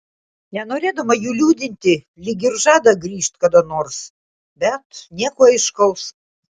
nenorėdama jų liūdinti lyg ir žada grįžt kada nors bet nieko aiškaus